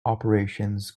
operations